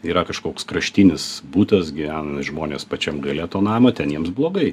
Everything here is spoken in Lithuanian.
yra kažkoks kraštinis butas gyvena žmonės pačiam gale to namo ten jiems blogai